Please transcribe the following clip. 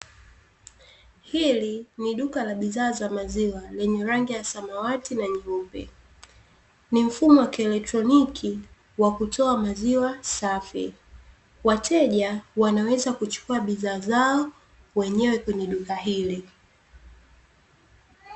Hili ni duka la bidhaa za maziwa lenye rangi ya samawati na nyeupe, ni mfumo wa kieletroniki wa kutoa maziwa safi, wateja wanaweza kuchukua bidhaa zao wenyewe, kwenye duka hili.